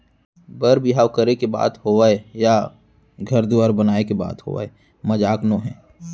बर बिहाव करे के बात होवय या घर दुवार बनाए के बात होवय मजाक नोहे